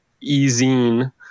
e-zine